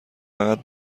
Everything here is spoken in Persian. فقط